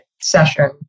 session